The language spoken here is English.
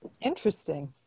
Interesting